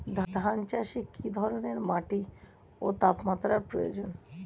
ধান চাষে কী ধরনের মাটি ও তাপমাত্রার প্রয়োজন?